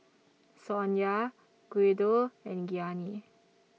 Sonya Guido and Gianni